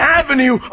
avenue